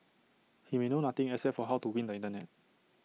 he may know nothing except for how to win the Internet